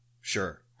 Sure